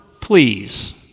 please